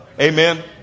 Amen